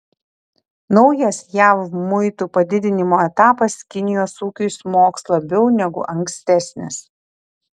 naujas jav muitų padidinimo etapas kinijos ūkiui smogs labiau negu ankstesnis